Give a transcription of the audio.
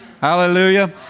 Hallelujah